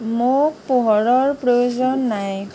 মোক পোহৰৰ প্ৰয়োজন নাই